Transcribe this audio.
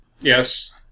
Yes